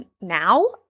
now